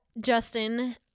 Justin